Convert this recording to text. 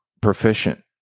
proficient